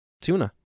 Tuna